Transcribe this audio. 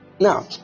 Now